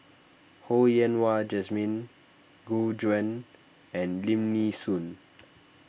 Ho Yen Wah Jesmine Gu Juan and Lim Nee Soon